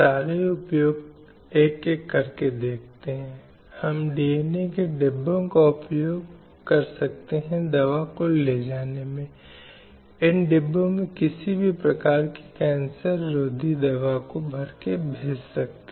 महिलाओं के खिलाफ हिंसा एक हिंसा है या महिलाओं के मानवाधिकारों और बुनियादी स्वतंत्रता का उल्लंघन है